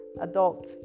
adult